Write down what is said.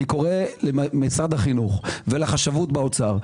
למשרד החינוך ולחשבות באוצר,